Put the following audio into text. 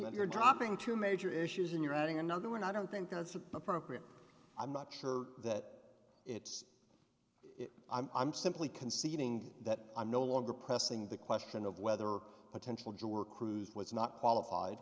that you're dropping two major issues and you're adding another one i don't think it's appropriate i'm not sure that it's i'm simply conceding that i'm no longer pressing the question of whether or potential juror cruz was not qualified